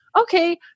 okay